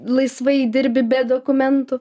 laisvai dirbi be dokumentų